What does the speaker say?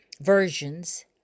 versions